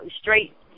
straight